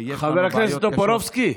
ח"כ טופורובסקי,